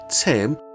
Tim